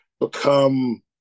become